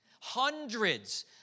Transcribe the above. Hundreds